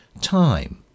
time